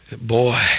Boy